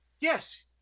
Yes